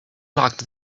locked